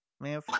Man